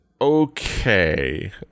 Okay